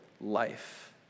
life